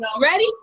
Ready